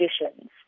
conditions